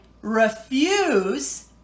refuse